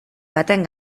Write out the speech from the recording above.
baten